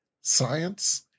science